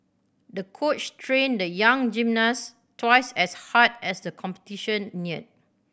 the coach trained the young gymnast twice as hard as the competition neared